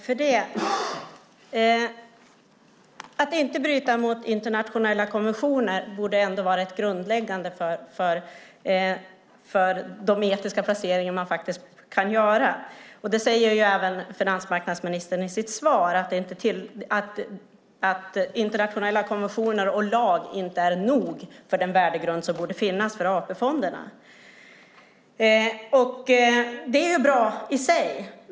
Fru talman! Att inte bryta mot internationella konventioner borde vara grundläggande för de etiska placeringar som man kan göra. Finansmarknadsministern säger också i sitt svar att internationella konventioner och lag inte är nog för den värdegrund som borde finnas för AP-fonderna. Det är bra i sig.